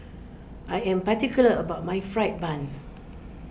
I am particular about my Fried Bun